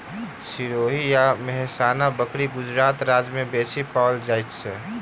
सिरोही आ मेहसाना बकरी गुजरात राज्य में बेसी पाओल जाइत अछि